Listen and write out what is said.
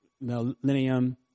millennium